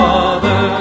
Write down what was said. Father